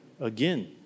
again